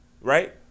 right